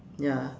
ya